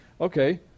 okay